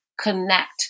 connect